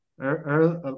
Early